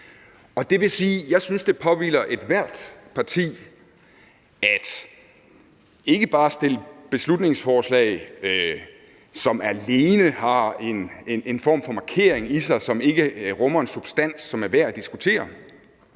Det vil sige, at jeg synes, det påhviler ethvert parti at ikke bare fremsætte beslutningsforslag, som alene har en form for markering i sig og ikke rummer en substans, som er værd at diskutere,